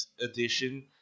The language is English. edition